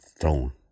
throne